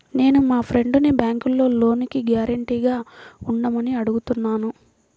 నేను మా ఫ్రెండ్సుని బ్యేంకులో లోనుకి గ్యారంటీగా ఉండమని అడుగుతున్నాను